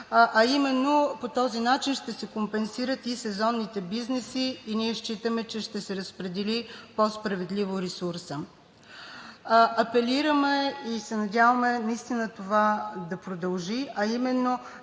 а именно по този начин ще се компенсират и сезонните бизнеси и ние считаме, че ще се разпредели по-справедливо ресурсът. Апелираме и се надяваме наистина това да продължи, а именно